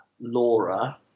Laura